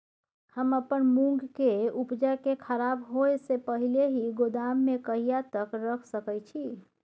हम अपन मूंग के उपजा के खराब होय से पहिले ही गोदाम में कहिया तक रख सके छी?